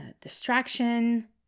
distraction